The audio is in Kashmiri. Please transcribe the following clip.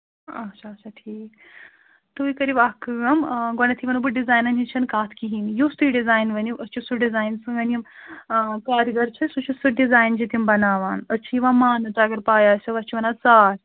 اَچھا اَچھا ٹھیٖک تُہۍ کٔرِو اَکھ کٲم گۄڈنٮ۪تھٕے وَنہو بہٕ ڈِزاینَن ہٕنٛز چھَنہٕ کَتھ کِہیٖنٛۍ یُس تُہۍ ڈِزایِن ؤنِو أسۍ چھِ سُہ ڈِزایِن سٲنۍ یِم کارگر چھِ سُہ چھِ سُہ ڈِزایِن چھِ تِم بَناوان أسۍ چھِ یِوان ماننہٕ تۅہہِ اگر پےَ آسٮ۪و أسۍ چھِ وَنان ژاٹھ